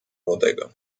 młodego